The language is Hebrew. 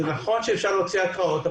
זה נכון שאפשר להוציא התרעות,